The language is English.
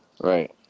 Right